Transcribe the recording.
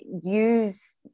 use